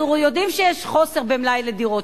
אנחנו יודעים שיש חוסר במלאי דירות.